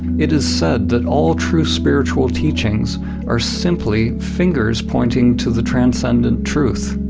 it is said that all true spiritual teachings are simply fingers pointing to the transcendent truth.